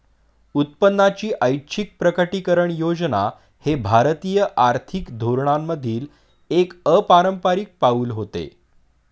उत्पन्नाची ऐच्छिक प्रकटीकरण योजना हे भारतीय आर्थिक धोरणांमधील एक अपारंपारिक पाऊल होते